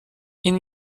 این